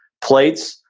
plates,